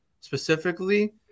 specifically